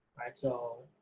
alright, so